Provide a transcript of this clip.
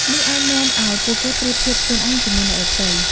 នេះអាចនាំឱ្យពួកគេប្រៀបធៀបខ្លួនឯងជាមួយអ្នកដទៃ។